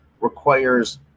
requires